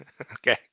Okay